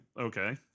Okay